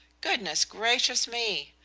goodness gracious me!